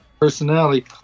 personality